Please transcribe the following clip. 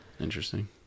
Interesting